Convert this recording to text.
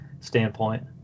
standpoint